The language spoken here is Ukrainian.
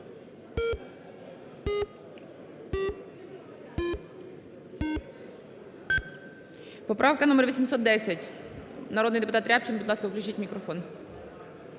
Поправка номер 810, народний депутат Рябчин. Будь ласка, включіть мікрофон.